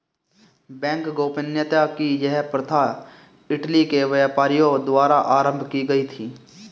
bank गोपनीयता की यह प्रथा इटली के व्यापारियों द्वारा आरम्भ की गयी थी